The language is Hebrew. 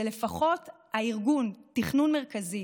זה לפחות הארגון, תכנון מרכזי,